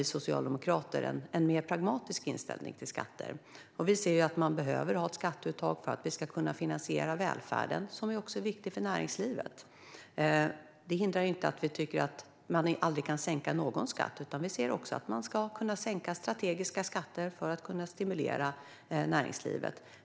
Vi socialdemokrater har en mer pragmatisk inställning till skatter och ser att vi behöver ha ett skatteuttag för att kunna finansiera välfärden, något som också är viktigt för näringslivet. Detta innebär inte att vi aldrig tycker att man kan sänka någon skatt. Vi ser att man ska kunna sänka strategiska skatter för att stimulera näringslivet.